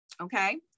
okay